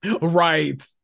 right